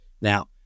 now